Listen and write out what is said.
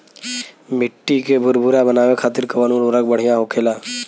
मिट्टी के भूरभूरा बनावे खातिर कवन उर्वरक भड़िया होखेला?